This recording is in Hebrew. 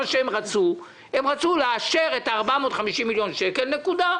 הם רצו לאשר את ה-450 מיליון שקל, נקודה.